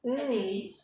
mm